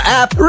app